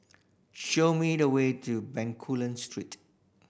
show me the way to Bencoolen Street